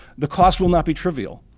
the costs will not be trivial,